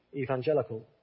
evangelical